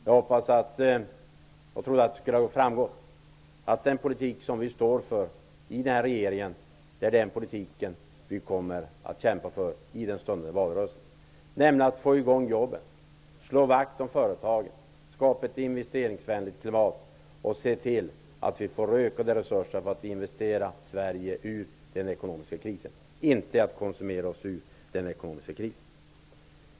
Jag trodde och hoppades att det hade framgått att den politik som vi i den här regeringen står för och som vi kommer att kämpa för i den stundande valrörelsen går ut på att få i gång jobben, slå vakt om företagen, skapa ett investeringsvänligt klimat och se till att resurserna för att investera -- inte konsumera -- Sverige ur den ekonomiska krisen ökar.